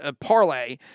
parlay